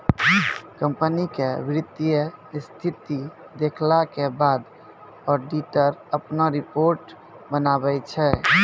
company के वित्तीय स्थिति देखला के बाद ऑडिटर अपनो रिपोर्ट बनाबै छै